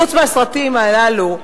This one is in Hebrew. חוץ מהסרטים הללו,